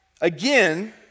Again